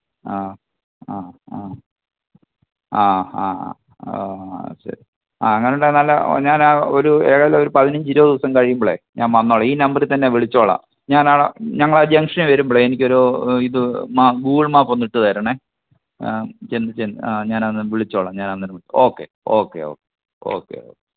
ആ ആ ആ ആ ആ ആ ആ ശരി ആ അങ്ങനുണ്ടേല് നല്ല ഒ ഞാനാ ഒരു ഏതേലും ഒരു പതിനഞ്ച് ഇരുപത് ദിവസം കഴിയുമ്പോൾ ഞാന് വന്നോളാം ഈ നമ്പറി തന്നെ വിളിച്ചോളാം ഞാൻ നാളെ ഞങ്ങളാ ജംഗ്ഷനിൽ വരുമ്പോൾ എനിക്കൊരു ഇത് മാ ഗൂഗിള് മാപ്പൊന്നിട്ട് തരണം ആ ജന് ജന് ആ ഞാനന്നേരം വിളിച്ചോളാം ഞാനന്നേരം okay okay okay okay okay